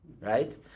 right